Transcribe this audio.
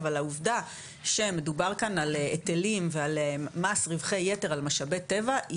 אבל העובדה שמדובר כאן על היטלים ועל מס רווחי יתר על משאבי טבע,